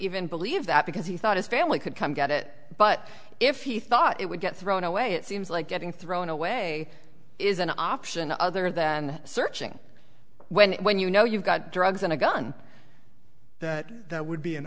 even believe that because he thought his family could come get it but if he thought it would get thrown away it seems like getting thrown away is an option other than searching when when you know you've got drugs and a gun that would be an